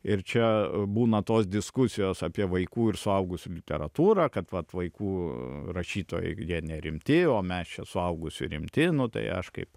ir čia būna tos diskusijos apie vaikų ir suaugusių literatūrą kad vat vaikų rašytojai nerimti o mes čia suaugusių rimti nu tai aš kaip